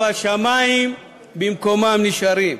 אבל השמים במקומם נשארים.